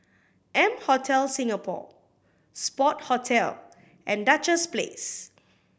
M Hotel Singapore Sport Hotel and Duchess Place